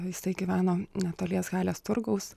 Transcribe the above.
jisai gyveno netolies halės turgaus